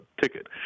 ticket